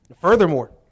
Furthermore